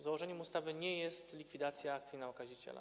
Założeniem ustawy nie jest likwidacja akcji na okaziciela.